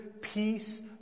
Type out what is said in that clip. peace